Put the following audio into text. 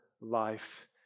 life